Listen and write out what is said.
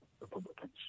Republicans